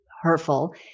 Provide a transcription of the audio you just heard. hurtful